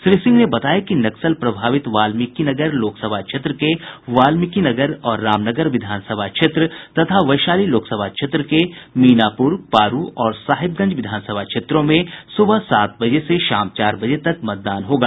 श्री सिंह ने बताया कि नक्सल प्रभावित वाल्मीकिनगर लोकसभा क्षेत्र के वाल्मीकिनगर और रामनगर विधानसभा क्षेत्र तथा वैशाली लोकसभा क्षेत्र के मीनापुर पारू और साहेबगंज विधानसभा क्षेत्रों में सुबह सात बजे से शाम चार बजे तक मतदान होगा